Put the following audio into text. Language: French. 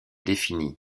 défini